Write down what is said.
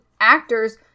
actors